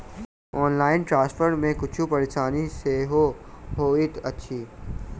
electronic transfer मे किछु परेशानी सेहो होइत अछि